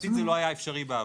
משפטית זה לא היה אפשרי בעבר.